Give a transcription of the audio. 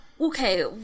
Okay